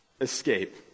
escape